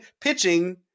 pitching